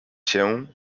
się